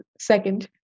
second